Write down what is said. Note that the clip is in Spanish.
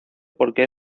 porque